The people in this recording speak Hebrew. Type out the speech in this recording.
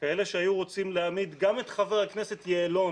כאלה שהיו רוצים להעמיד גם את חבר הכנסת יעלון